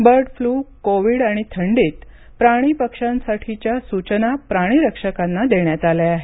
bird flu Covid आणि थंडीत प्राणी पक्ष्यांसाठीच्या सूचना प्राणीरक्षकांना देण्यात आल्या आहेत